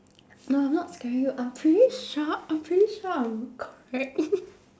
no I'm not scaring you I'm pretty sure I'm pretty sure I'm correct